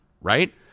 right